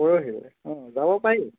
পৰহিলৈ অঁ যাব পাৰি